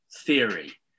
theory